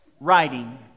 Writing